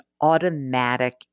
automatic